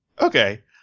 Okay